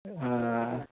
હા